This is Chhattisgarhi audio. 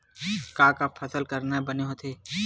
का का फसल करना बने होथे?